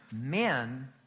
men